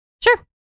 Sure